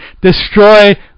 destroy